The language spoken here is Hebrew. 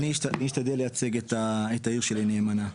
אני אשתדל לייצג את העיר שלי נאמנה.